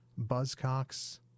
Buzzcocks